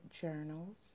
Journals